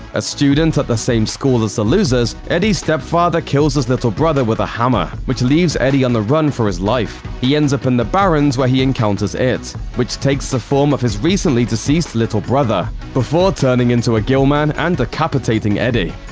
a student at the same school as the losers, eddie's stepfather kills his little brother with a hammer, which leaves eddie on the run for his life. he ends up in the barrens where he encounters it, which takes the form of his recently deceased little brother. before turning into a gill man and decapitating eddie.